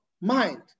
mind